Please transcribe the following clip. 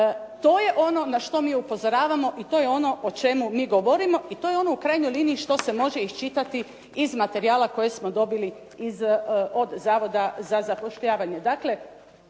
to je ono na što mi upozoravamo i to je ono o čemu mi govorimo i to je ono u krajnjoj liniji što se može iščitati iz materijala koje smo dobili od zavoda za zapošljavanje.